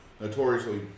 notoriously